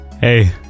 Hey